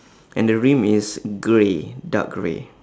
and the rim is grey dark grey